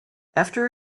after